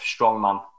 strongman